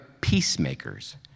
peacemakers